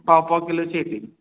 पाव पाव किलोचे येतील